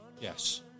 Yes